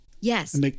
Yes